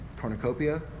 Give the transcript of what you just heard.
cornucopia